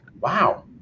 wow